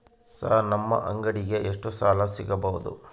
Sir ನಮ್ಮ ಅಂಗಡಿಗೆ ಎಷ್ಟು ಸಾಲ ಸಿಗಬಹುದು?